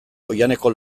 oihaneko